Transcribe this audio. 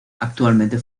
actualmente